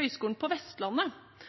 Høgskolen på Vestlandet